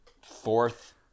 fourth